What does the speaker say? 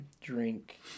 drink